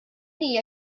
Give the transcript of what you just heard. hija